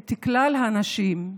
את כלל הנשים.